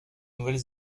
nouvelle